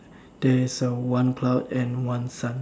there's a one cloud and one sun